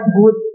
good